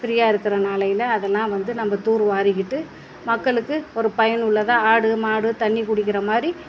ஃப்ரீயாக இருக்கிற நாளையில் அதெல்லாம் வந்து நம்ம தூர் வாரிக்கிட்டு மக்களுக்கு ஒரு பயனுள்ளதாக ஆடு மாடு தண்ணி குடிக்கிற மாதிரி